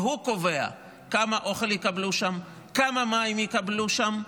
והוא קובע כמה אוכל יקבלו שם, כמה מים יקבלו שם,